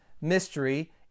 mystery